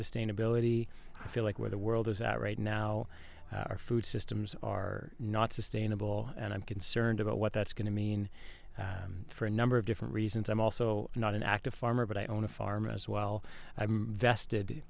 sustainability i feel like where the world is at right now our food systems are not sustainable and i'm concerned about what that's going to mean for a number of different reasons i'm also not an active farmer but i own a farm as well i'm vested